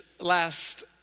last